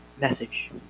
message